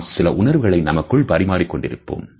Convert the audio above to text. நாம் சில உணர்வுகளை நமக்குள் பரிமாறிக் கொண்டிருக்கிறோம்